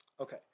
Okay